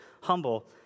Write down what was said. humble